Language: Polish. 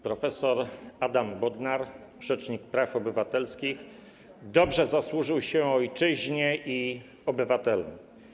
Prof. Adam Bodnar, rzecznik praw obywatelskich, dobrze zasłużył się ojczyźnie i obywatelom.